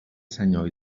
senyor